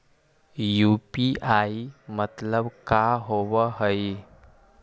UPI मतलब का होब हइ?